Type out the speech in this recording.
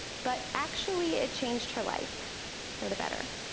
but actually it changed her life for the better.